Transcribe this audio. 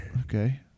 Okay